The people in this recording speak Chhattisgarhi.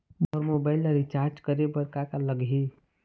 मोर मोबाइल ला रिचार्ज करे बर का का लगही?